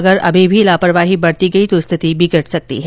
अगर अभी भी लापरवाही बरती गई तो स्थिति बिगड सकती है